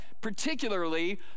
particularly